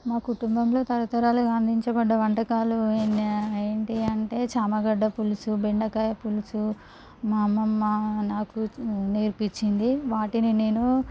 నా కుటుంబంలో తరతరాలు అందించబడ్డ వంటకాలు ఏంటి అంటే చామగడ్డ పులుసు బెండకాయ పులుసు మా అమ్మమ్మ నాకు నేర్పించింది వాటిని నేను